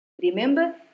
Remember